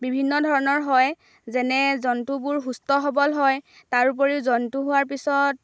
বিভিন্ন ধৰণৰ হয় যেনে জন্তুবোৰ সুস্থ সৱল হয় তাৰোপৰিও জন্তু হোৱাৰ পিছত